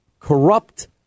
Corrupt